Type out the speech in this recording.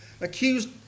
Accused